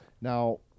now